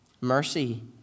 Mercy